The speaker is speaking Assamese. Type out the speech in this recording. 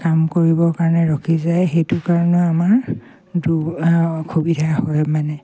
কাম কৰিবৰ কাৰণে ৰখি যায় সেইটো কাৰণে আমাৰ অসুবিধা হয় মানে